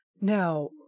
Now